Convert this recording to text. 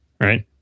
right